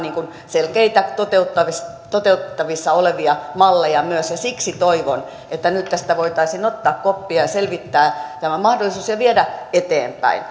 selkeitä toteutettavissa toteutettavissa olevia malleja myös siksi toivon että nyt tästä voitaisiin ottaa koppia ja selvittää tämä mahdollisuus ja viedä tätä eteenpäin